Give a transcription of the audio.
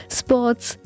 sports